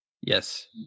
Yes